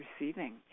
receiving